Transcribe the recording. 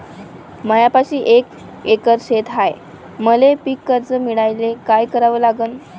मायापाशी एक एकर शेत हाये, मले पीककर्ज मिळायले काय करावं लागन?